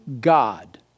God